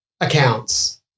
accounts